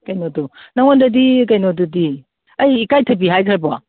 ꯀꯩꯅꯣꯗꯣ ꯅꯪꯉꯣꯟꯗꯗꯤ ꯀꯩꯅꯣꯗꯨꯗꯤ ꯑꯩ ꯏꯀꯥꯏ ꯊꯕꯤ ꯍꯥꯏꯒ꯭ꯔꯕꯣ